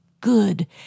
good